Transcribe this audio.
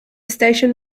station